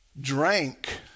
drank